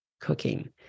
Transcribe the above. cooking